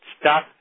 Stop